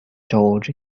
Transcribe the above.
george